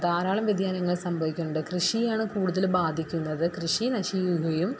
ധാരാളം വ്യതിയാനങ്ങൾ സംഭവിക്കണുണ്ട് കൃഷിയെയാണ് കൂടുതൽ ബാധിക്കുന്നത് കൃഷി നശിക്കുകയും